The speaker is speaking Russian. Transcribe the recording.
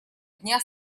дня